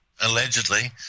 Allegedly